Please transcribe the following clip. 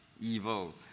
evil